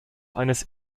eines